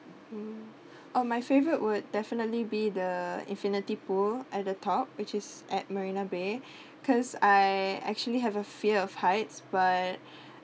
mm oh my favourite would definitely be the infinity pool at the top which is at marina bay because I actually have a fear of heights but